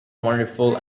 wonderful